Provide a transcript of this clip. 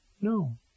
No